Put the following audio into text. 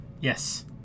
Yes